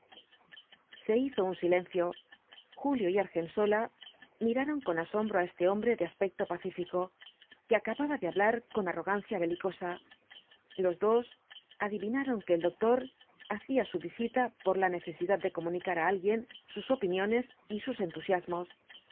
se hizo un silencio julio y argensola miraron con asombro á este hombre de aspecto pacífico que acababa de hablar con arrogancia belicosa los dos adivinaron que el doctor hacía su visita por la necesidad de comunicar á alguien sus opiniones y sus entusiasmos